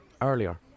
earlier